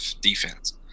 defense